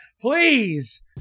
Please